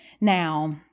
Now